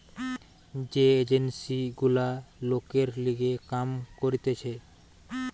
যে এজেন্সি গুলা লোকের লিগে কাম করতিছে